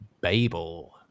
Babel